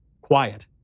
quiet